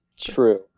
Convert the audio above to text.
True